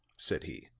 said he,